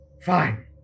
fine